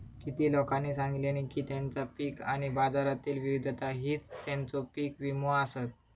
किती लोकांनी सांगल्यानी की तेंचा पीक आणि बाजारातली विविधता हीच तेंचो पीक विमो आसत